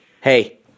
Hey